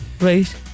Right